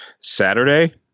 Saturday